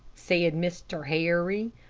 said mr. harry.